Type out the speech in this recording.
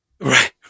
Right